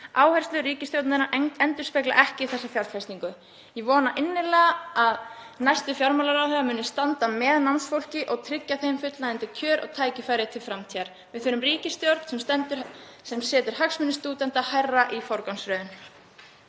Áherslur ríkisstjórnarinnar endurspegla ekki þessa fjárfestingu. Ég vona innilega að næsti fjármálaráðherra muni standa með námsfólki og tryggja þeim fullnægjandi kjör og tækifæri til framtíðar. Við þurfum ríkisstjórn sem setur hagsmuni stúdenta hærra í forgangsröðun.